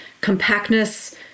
compactness